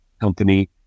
company